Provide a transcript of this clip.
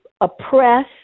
oppress